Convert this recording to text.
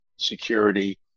security